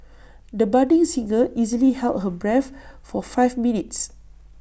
the budding singer easily held her breath for five minutes